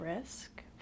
risk